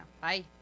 Bye